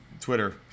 Twitter